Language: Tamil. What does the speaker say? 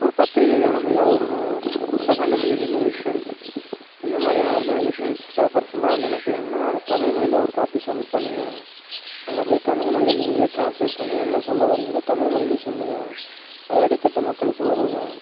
ஒரு பத்திரிகைகள் நம்ம ஏதாவது ஒரு புதுசாக கண்டுபிடிக்கிறது இனோவேஷன்ஸ் இந்தமாதிரியான ஒரு மேஜிசன்ஸ் பேப்பர்ஸ்லாம் வந்து என்ன செய்யணும்னா நம்ம தமிழ் மொழிலேயும் ஒரு காப்பி சம்மிட் பண்ணுங்கள் அதை அப்படியே தமிழ் மொழியில் நீங்களே ட்ரான்ஸ்லேட் பண்ணி என்ன சொல்ல வரீங்களோ தமிழ் மொழிலேயும் சொல்லுங்கள் அது அடித்தட்டு மக்களுக்கு உதவும்